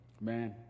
man